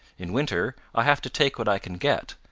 in winter i have to take what i can get,